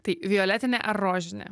tai violetinė ar rožinė